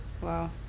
Wow